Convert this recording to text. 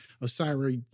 Osiris